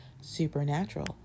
supernatural